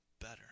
better